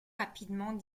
rapidement